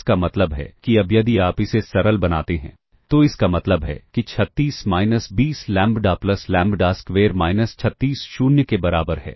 इसका मतलब है कि अब यदि आप इसे सरल बनाते हैं तो इसका मतलब है कि 36 minus 20 lambda plus lambda square minus 36 0 के बराबर है